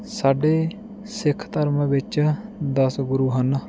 ਸਾਡੇ ਸਿੱਖ ਧਰਮ ਵਿੱਚ ਦਸ ਗੁਰੂ ਹਨ